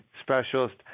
Specialist